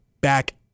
back